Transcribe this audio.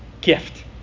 gift